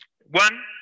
one